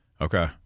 Okay